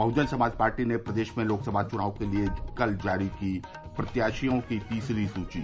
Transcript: बहुजन Samaj party ने प्रदेश में लोकसभा चुनाव के लिये कल जारी की प्रत्याशियों की तीसरी सूची